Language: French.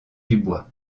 dubois